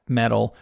metal